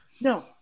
No